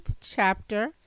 chapter